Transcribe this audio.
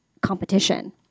competition